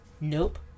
Nope